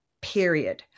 period